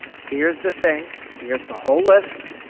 here's the thing, here's the whole list.